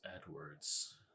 Edwards